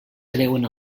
creuen